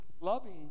loving